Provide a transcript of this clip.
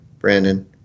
Brandon